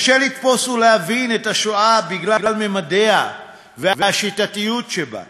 קשה לתפוס ולהבין את השואה בגלל ממדיה והשיטתיות שבה,